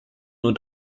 und